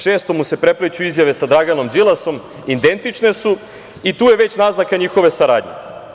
Često mu se prepliću izjave sa Draganom Đilasom, identične su i tu je već naznaka njihove saradnje.